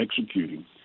executing